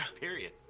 Period